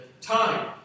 time